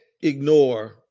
ignore